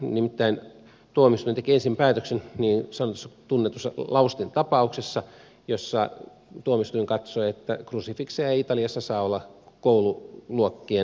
nimittäin tuomioistuin teki ensin päätöksen niin sanotussa tunnetussa lausteen tapauksessa jossa tuomioistuin katsoi että krusifikseja ei italiassa saa olla koululuokkien seinällä